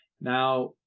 Now